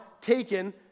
taken